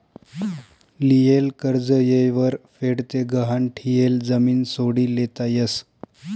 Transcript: लियेल कर्ज येयवर फेड ते गहाण ठियेल जमीन सोडी लेता यस